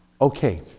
Okay